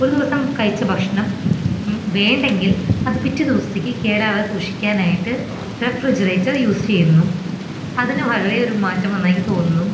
ഒരു ദിവസം കഴിച്ച ഭക്ഷണം വേണ്ടെങ്കിൽ അത് പിറ്റേ ദിവസത്തേക്ക് കേടാകാതെ സൂക്ഷിക്കാനായിട്ട് റെഫ്രിജറേറ്റർ യൂസ് ചെയ്യുന്നു അതിന് വളരെയൊരു മാറ്റം വന്നെനിക്ക് തോന്നുന്നു